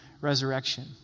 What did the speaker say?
resurrection